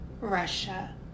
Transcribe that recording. Russia